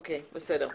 בסדר.